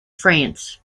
france